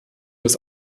aus